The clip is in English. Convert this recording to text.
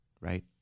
right